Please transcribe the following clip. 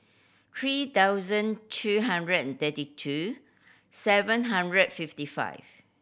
three thousand two hundred and thirty two seven hundred and fifty five